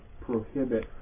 prohibit